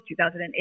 2008